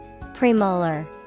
Premolar